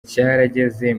cyarageze